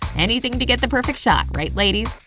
anything to get the perfect shot, right ladies?